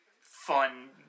fun